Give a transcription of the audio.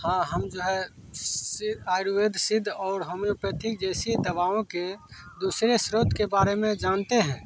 हाँ हम जो है सिर्फ आयुर्वेद सिद्ध और होमेपैथी जैसी दवाओं के दूसरे स्रोत के बारे में जानते हैं